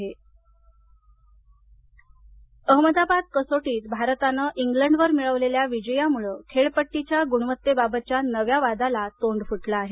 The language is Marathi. क्रिकेट खेळपड्डी अहमदाबाद कसोटीत भारतानं इंग्लंडवर मिळवलेल्या विजयामुळे खेळपट्टीच्या गुणवत्तेबाबतच्या नव्या वादाला तोंड फुटलं आहे